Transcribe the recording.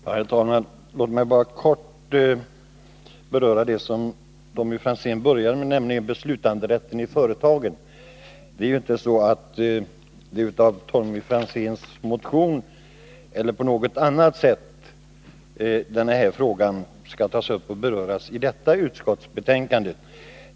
Herr talman! Låt mig bara kort beröra det som Tommy Franzén började med, nämligen frågan om beslutanderätten i företagen. Det är inte så att Tommy Franzéns motion ger anledning att ta upp denna fråga i det här utskottsbetänkandet.